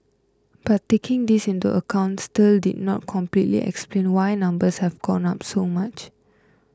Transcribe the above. but taking this into account still did not completely explain why numbers have gone up so much